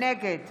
נגד